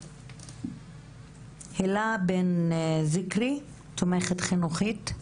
הילה בן זיקרי, תומכת חינוכית,